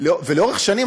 ולאורך שנים,